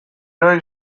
ari